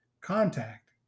Contact